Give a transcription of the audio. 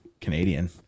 Canadian